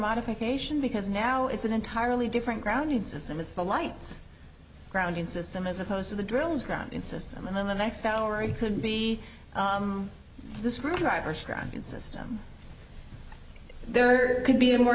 modification because now it's an entirely different grounded system with the lights grounding system as opposed to the drills ground system and then the next hour it could be the screwdriver system there could be a more